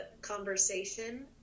conversation